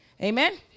Amen